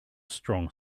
strong